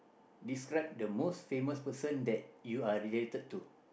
describe the most famous person that you are related to